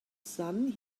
sun